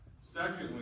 Secondly